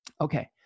Okay